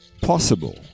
possible